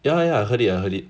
ya ya I heard it